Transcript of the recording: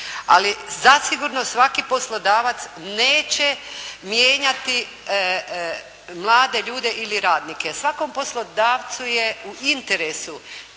ali zasigurno svaki poslodavac neće mijenjati mlade ljude ili radnike. Svakom poslodavcu je u interesu